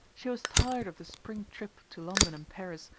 she was tired of the spring trip to london and paris,